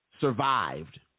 survived